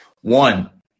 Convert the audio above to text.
One